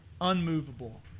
unmovable